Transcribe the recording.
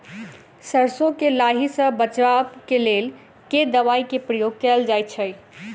सैरसो केँ लाही सऽ बचाब केँ लेल केँ दवाई केँ प्रयोग कैल जाएँ छैय?